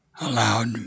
aloud